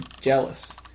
jealous